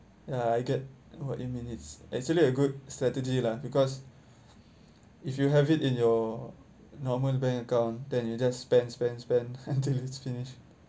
ya I get what you mean it's actually a good strategy lah because if you have it in your normal bank account then you just spend spend spend until it's finished